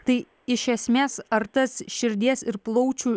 tai iš esmės ar tas širdies ir plaučių